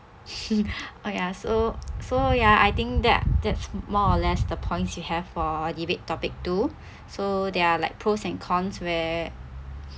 oh ya so so ya I think that that's more or less the points we have for debate topic two so there are like pros and cons where